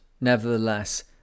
nevertheless